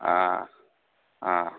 ಆಂ ಹಾಂ